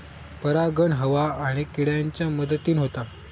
परागण हवा आणि किड्यांच्या मदतीन होता